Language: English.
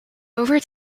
over